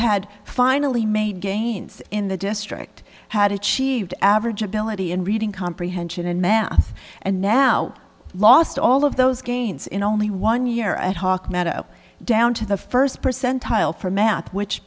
had finally made gains in the district had achieved average ability in reading comprehension in math and now lost all of those gains in only one year at hawk meadow down to the first percentile for math which